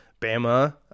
Bama